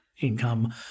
income